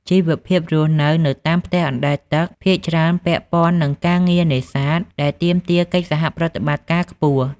ជីវភាពរស់នៅនៅតាមផ្ទះអណ្ដែតទឹកភាគច្រើនពាក់ព័ន្ធនឹងការងារនេសាទ ដែលទាមទារកិច្ចសហប្រតិបត្តិការខ្ពស់។